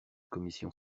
commission